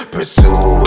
Pursue